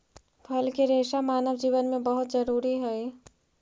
फल के रेसा मानव जीवन में बहुत जरूरी हई